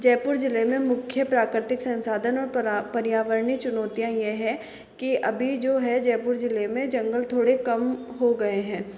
जयपुर ज़िले में मुख्य प्राकृतिक संसाधनों परा पर्यावरणीय चुनौतियाँ यह है कि अभी जो है जयपुर ज़िले में जंगल थोड़े कम हो गए हैं